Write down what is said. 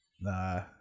Nah